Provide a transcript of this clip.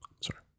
Sorry